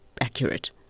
accurate